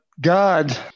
God